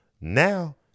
Now